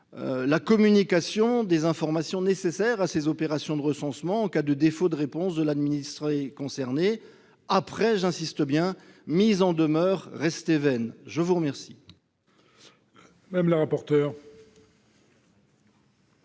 la communication des informations nécessaires à ces opérations de recensement en cas de défaut de réponse de l'administré concerné et après- j'y insiste -mise en demeure restée vaine. Quel